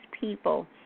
people